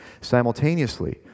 simultaneously